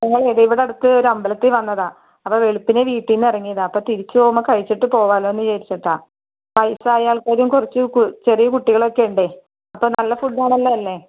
ഞങ്ങൾ ഇവിടെ അടുത്തൊരു അമ്പലത്തിൽ വന്നതാ അപ്പോൾ വെളുപ്പിനേ വീട്ടിൽ നിന്ന് ഇറങ്ങിയതാണ് അപ്പം തിരിച്ചുപോകുമ്പോൾ കഴിച്ചിട്ട് പോകാമല്ലൊ എന്ന് വിചാരിച്ചിട്ടാണ് വയസായ ആൾക്കാരും കുറച്ച് ചെറിയ കുട്ടികളും ഒക്കെ ഉണ്ടേ അപ്പം നല്ല ഫുഡ് ആണല്ലോ അല്ലേ